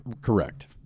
Correct